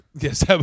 Yes